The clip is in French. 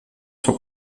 sont